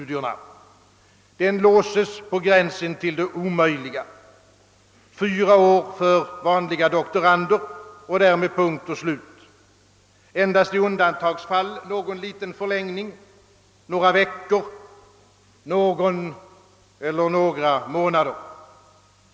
Denna tid låses på gränsen till det omöjliga — fyra år för vanliga doktorander och därmed punkt och slut. Endast i undantagsfall tillåtes någon liten förlängning på några veckor, någon eller några månader.